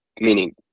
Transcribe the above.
meaning